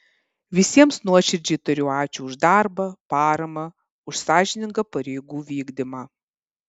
visiems nuoširdžiai tariu ačiū už darbą paramą už sąžiningą pareigų vykdymą